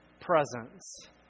presence